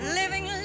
living